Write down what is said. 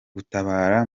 gutabara